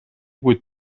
vuit